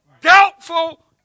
doubtful